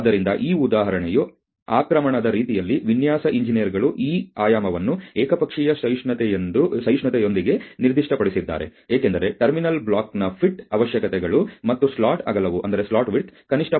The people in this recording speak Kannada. ಆದ್ದರಿಂದ ಈ ಉದಾಹರಣೆಯು ಆಕ್ರಮಣದ ರೀತಿಯಲ್ಲಿ ವಿನ್ಯಾಸ ಎಂಜಿನಿಯರ್ಗಳು ಈ ಆಯಾಮವನ್ನು ಏಕಪಕ್ಷೀಯ ಸಹಿಷ್ಣುತೆಯೊಂದಿಗೆ ನಿರ್ದಿಷ್ಟಪಡಿಸಿದ್ದಾರೆ ಏಕೆಂದರೆ ಟರ್ಮಿನಲ್ ಬ್ಲಾಕ್ನ ಫಿಟ್ ಅವಶ್ಯಕತೆಗಳು ಮತ್ತು ಸ್ಲಾಟ್ ಅಗಲವು ಕನಿಷ್ಠ 0